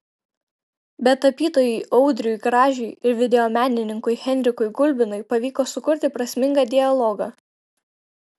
bet tapytojui audriui gražiui ir videomenininkui henrikui gulbinui pavyko sukurti prasmingą dialogą